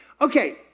Okay